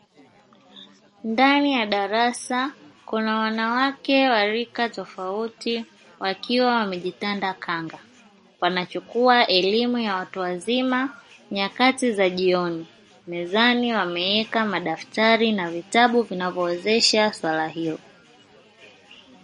Ndani ya darasa kuna wanawake wa rika tofauti wakiwa wamejitanda kanga, wanachukua elimu ya watu wazima nyakati za jioni, mezani wameweka madaftari na vitabu vinavyowezesha suala hilo.